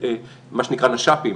מה שנקרא נש"פים,